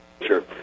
Sure